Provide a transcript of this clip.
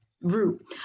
route